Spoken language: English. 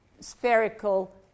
spherical